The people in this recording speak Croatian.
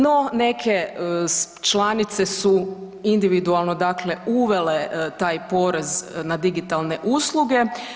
No, neke članice su individualno dakle uvele taj porez na digitalne usluge.